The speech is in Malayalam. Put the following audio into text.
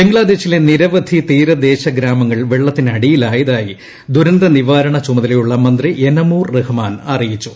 ബംഗ്ലാദേശിലെ നിരവധി തീരദേശഗ്രാമങ്ങൾ വെള്ളത്തിനടിയിലായതായി ദുരന്തനിവാരണ ചുമതലയുള്ള മന്ത്രി എനമൂർ റഹ്മാൻ അറിയിച്ചു